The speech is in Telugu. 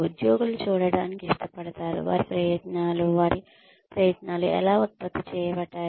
ఉద్యోగులు చూడటానికి ఇష్టపడతారు వారి ప్రయత్నాలు వారి ప్రయత్నాలు ఎలా ఉత్పత్తి చేయబడ్డాయి